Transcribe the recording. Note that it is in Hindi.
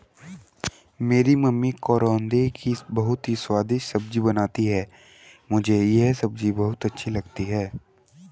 मेरी मम्मी करौंदे की बहुत ही स्वादिष्ट सब्जी बनाती हैं मुझे यह सब्जी बहुत अच्छी लगती है